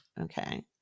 okay